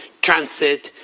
transit,